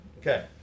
Okay